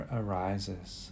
arises